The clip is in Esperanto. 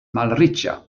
malriĉa